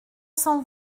cent